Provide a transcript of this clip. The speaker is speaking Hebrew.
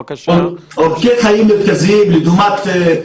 בבקשה, תמשיך.